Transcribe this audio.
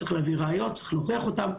צריך להביא ראיות, להוכיח אותן.